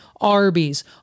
Arby's